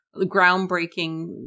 groundbreaking